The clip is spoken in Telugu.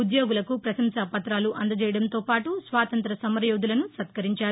ఉద్యోగులకు ప్రశంసా పత్రాలు అందజేయడంతోపాటు స్వాతంత్ర్య సమరయోధులను సత్కరించారు